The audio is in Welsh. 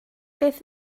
beth